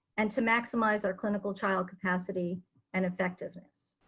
and to maximize our clinical trial capacity and effectiveness.